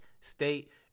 State